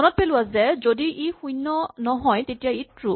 মনত পেলোৱা যে যদি ই শূণ্য নহয় তেতিয়া ই ট্ৰো